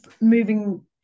moving